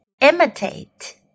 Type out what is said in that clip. imitate